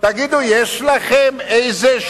מה ליברמן,